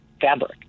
fabric